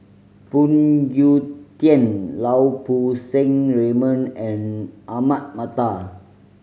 Phoon Yew Tien Lau Poo Seng Raymond and Ahmad Mattar